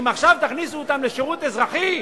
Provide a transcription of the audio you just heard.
אם עכשיו תכניסו אותם לשירות אזרחי,